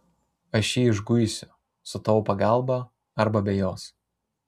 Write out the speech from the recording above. aš jį išguisiu su tavo pagalba arba be jos